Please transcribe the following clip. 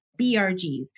BRGs